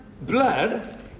blood